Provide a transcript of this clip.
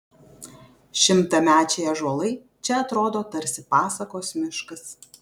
šimtamečiai ąžuolai čia atrodo tarsi pasakos miškas